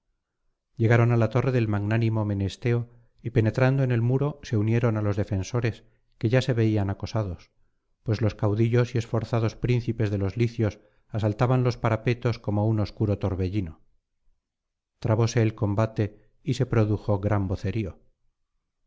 llegaron á la torre del magnánimo menesteo y penetrando en el muro se unieron á los defensores que ya se veían acosados pues los caudillos y esforzados príncipes de los licios asaltaban los parapetos como un obscuro torbellino trabóse el combate y se produjo gran vocerío